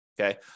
okay